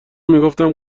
میگفتم